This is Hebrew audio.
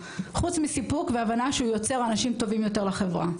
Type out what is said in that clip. חוץ מסיפוק והבנה שהוא יוצר אנשים טובים יותר לחברה.